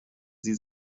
sie